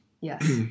Yes